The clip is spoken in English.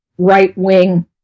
right-wing